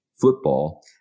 football